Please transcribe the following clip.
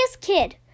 kid